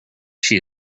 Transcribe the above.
she